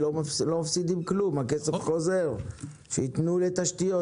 לא מפסידים כלום, הכסף חוזר, שיתנו לתשתיות.